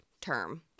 term